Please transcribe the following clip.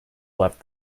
left